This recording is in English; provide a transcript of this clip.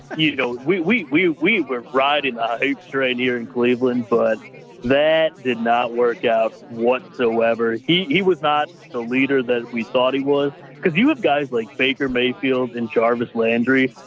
you know, we, we, we, we were riding oop terrain here in cleveland, but that did not work out whatsoever. he was not the leader that we thought he was because you have guys like baker mayfield and jarvis landry,